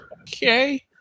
Okay